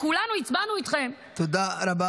שכולנו הצבענו איתכם -- תודה רבה.